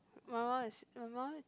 my mum is my mum